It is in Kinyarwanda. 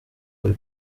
buri